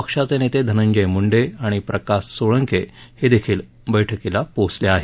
पक्षाचे नेते धनंजय मुंडे आणि प्रकाश सोळंके हे देखील बैठकीला पोचले आहेत